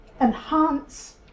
enhance